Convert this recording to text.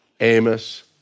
Amos